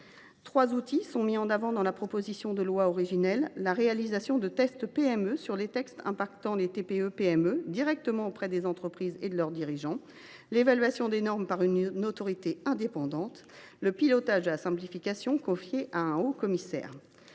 Trois outils sont mis en avant dans la proposition de loi originelle : la réalisation de tests PME sur les textes ayant des conséquences sur les TPE PME directement auprès des entreprises et de leurs dirigeants, l’évaluation des normes par une autorité indépendante et le pilotage de la simplification par un haut commissaire.